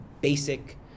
basic